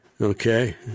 okay